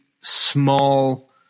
small